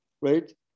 right